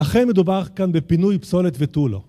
אכן מדובר כאן בפינוי פסולת ותו לא